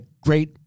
great